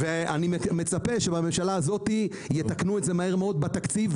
אני מצפה שבממשלה הזאת יתקנו את זה מהר מאוד בתקציב.